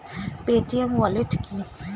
Paytm wallet কি?